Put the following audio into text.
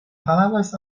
havas